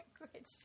language